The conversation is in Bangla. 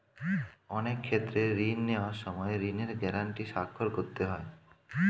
অনেক ক্ষেত্রে ঋণ নেওয়ার সময় ঋণের গ্যারান্টি স্বাক্ষর করতে হয়